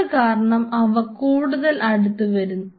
അതുകാരണം അവ കൂടുതൽ അടുത്ത് വരും